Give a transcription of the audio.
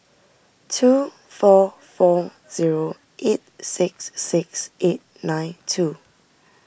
two four four zero eight six six eight nine two